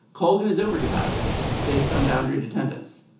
colgan is over capacity based on boundary of attendance